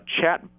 chat